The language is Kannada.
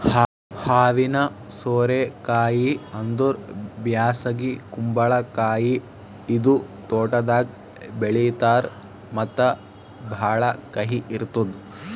ಹಾವಿನ ಸೋರೆ ಕಾಯಿ ಅಂದುರ್ ಬ್ಯಾಸಗಿ ಕುಂಬಳಕಾಯಿ ಇದು ತೋಟದಾಗ್ ಬೆಳೀತಾರ್ ಮತ್ತ ಭಾಳ ಕಹಿ ಇರ್ತುದ್